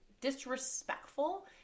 disrespectful